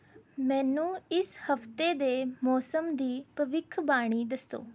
ਮੈਨੂੰ ਇਸ ਹਫ਼ਤੇ ਦੇ ਮੌਸਮ ਦੀ ਭਵਿੱਖਬਾਣੀ ਦੱਸੋ